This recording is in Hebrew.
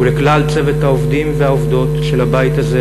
ולכלל צוות העובדים והעובדות של הבית הזה,